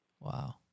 Wow